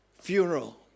funeral